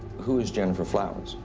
who is gennifer flowers?